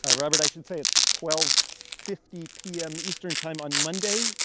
ah robert, i should say it's twelve fifty p m. eastern time on monday.